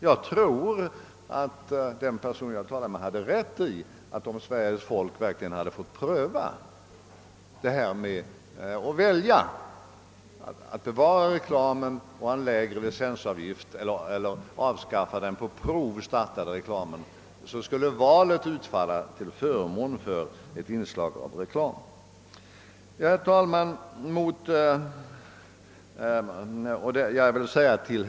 Jag tror att den person jag talade med hade rätt i att om Sveriges folk verkligen fick välja mellan att bevara reklamen och ha lägre licensavgift eller att avskaffa den på prov startade reklamverksamheten och höja avgiften, så skulle valet utfalla till förmån för ett inslag av reklam.